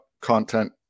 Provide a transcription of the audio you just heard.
content